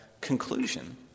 conclusion